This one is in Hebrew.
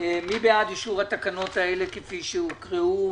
מי בעד אישור התקנות האלה כפי שהוקראו,